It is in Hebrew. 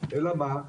אלא מה?